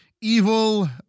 Evil